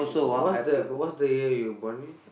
what's the what's the year you born in